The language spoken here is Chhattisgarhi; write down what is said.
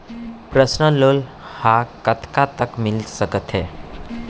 पर्सनल लोन ह कतका तक मिलिस सकथे?